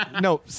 No